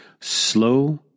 slow